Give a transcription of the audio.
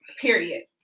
Period